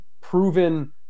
proven